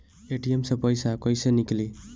ATM से पइसा कइसे निकली?